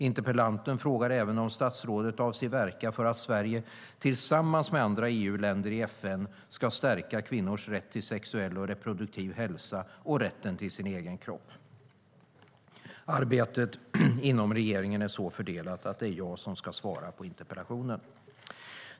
Interpellanten frågar även om statsrådet avser att verka för att Sverige tillsammans med andra EU-länder i FN ska stärka kvinnors rätt till sexuell och reproduktiv hälsa och rätten till sin egen kropp. Arbetet inom regeringen är så fördelat att det är jag som ska svara på interpellationen.